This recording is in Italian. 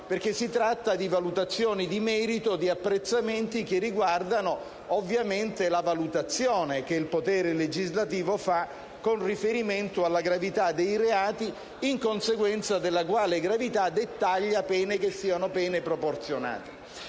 perché si tratta di valutazioni di merito, di apprezzamenti che riguardano ovviamente la valutazione che il potere legislativo fa con riferimento alla gravità dei reati, in conseguenza della quale gravità dettaglia pene che siano proporzionate.